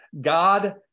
God